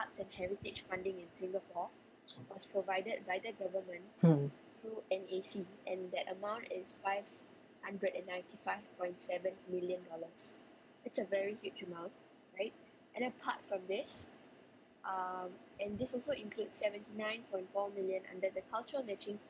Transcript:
hmm